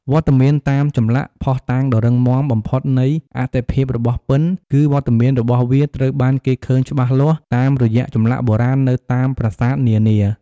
វត្តមានតាមចម្លាក់ ភស្តុតាងដ៏រឹងមាំបំផុតនៃអត្ថិភាពរបស់ពិណ គឺវត្តមានរបស់វាត្រូវបានគេឃើញច្បាស់លាស់តាមរយៈចម្លាក់បុរាណនៅតាមប្រាសាទនានា។